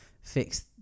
fix